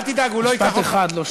משפט אחד, לא שניים.